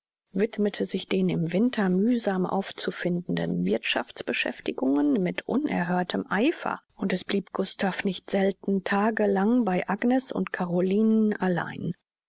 widmete sich den im winter mühsam aufzufindenden wirthschafts beschäftigungen mit unerhörtem eifer und es blieb gustav nicht selten tage lang bei agnes und carolinen allein